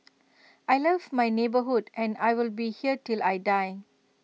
I love my neighbourhood and I will be here till I die